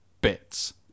bits